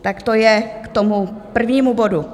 Tak to je k tomu prvnímu bodu.